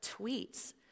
tweets